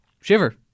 shiver